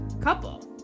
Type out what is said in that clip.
couple